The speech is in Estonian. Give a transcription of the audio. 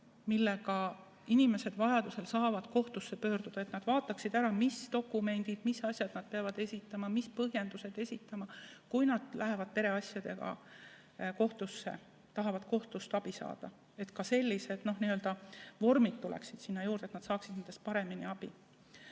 millega inimesed vajadusel saavad kohtusse pöörduda. Et nad vaataksid ära, mis dokumendid, mis asjad nad peavad esitama, mis põhjendused esitama, kui nad lähevad pereasjadega kohtusse, tahavad kohtust abi saada. Ka sellised vormid tuleksid sinna juurde, et nad saaksid nendest paremini abi.